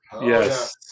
yes